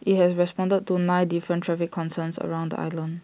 IT has responded to nine different traffic concerns around the island